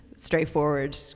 straightforward